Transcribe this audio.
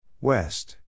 West